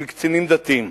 של קצינים דתיים.